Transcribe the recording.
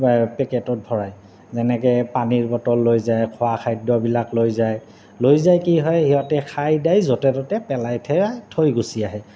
পেকেটত ভৰাই যেনেকৈ পানীৰ বটল লৈ যায় খোৱা খাদ্যবিলাক লৈ যায় লৈ যায় কি হয় সিহঁতে খাই দাই য'তে ত'তে পেলাই থৈ থৈ গুচি আহে